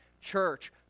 church